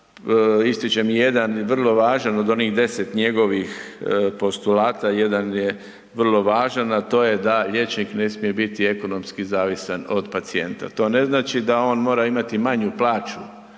ja ističem jedan i vrlo važan od onih 10 njegovih postulata, jedan je vrlo važan, a to je da liječnik ne smije biti ekonomski zavisan od pacijenta. To ne znači da on mora imati manju plaću,